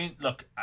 Look